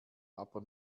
aber